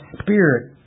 Spirit